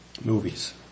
movies